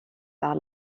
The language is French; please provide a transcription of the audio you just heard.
par